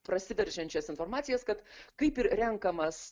prasiveržiančias informacijas kad kaip ir renkamas